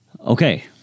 Okay